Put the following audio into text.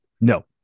No